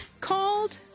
called